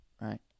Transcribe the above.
right